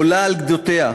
עולה על גדותיה,